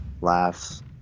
Laughs